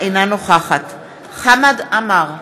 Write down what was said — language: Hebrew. אינה נוכחת חמד עמאר,